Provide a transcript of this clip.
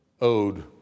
owed